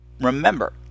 Remember